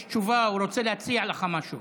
יש תשובה, הוא רוצה להציע לך משהו.